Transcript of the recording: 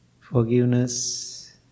Forgiveness